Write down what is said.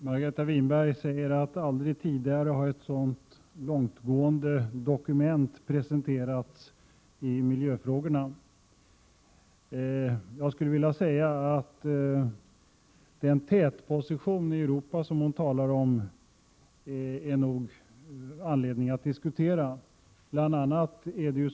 Herr talman! Margareta Winberg sade att ett så långtgående dokument i miljöfrågorna aldrig tidigare presenterats. Jag skulle vilja säga att det nog finns anledning att diskutera den tätposition i Europa som hon talade om.